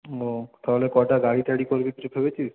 ও তাহলে কটা গাড়ি টাড়ি করবি কিছু ভেবেছিস